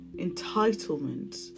Entitlement